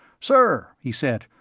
sir, he said.